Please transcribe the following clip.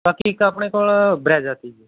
ਬਾਕੀ ਇੱਕ ਆਪਣੇ ਕੋਲ ਬਰੈਜਾ ਤੀ ਜੀ